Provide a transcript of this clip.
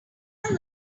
never